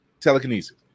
telekinesis